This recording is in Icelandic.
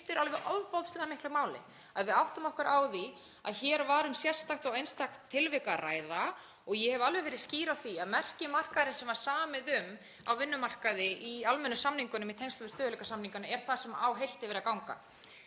skiptir alveg ofboðslega miklu máli að við áttum okkur á því að hér var um sérstakt og einstakt tilvik að ræða. Ég hef alveg verið skýr á því að merki markaðarins sem var samið um á vinnumarkaði í almennum samningum í tengslum við stöðugleikasamningana er það sem á heilt yfir að ganga.